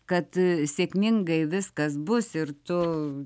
kad sėkmingai viskas bus ir tu